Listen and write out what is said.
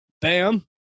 Bam